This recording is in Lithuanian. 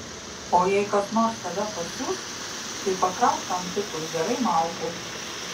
o jei kas nors tave pasiųs tai pakrauk tam tipui gerai malkų